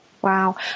Wow